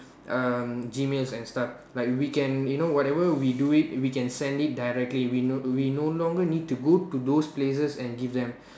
um Gmails and stuff like we can you know whatever we do it we can send it directly we no we no longer need to go to those places and give them